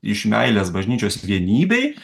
iš meilės bažnyčios vienybei